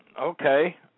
okay